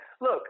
look